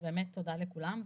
באמת תודה לכולם.